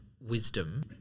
wisdom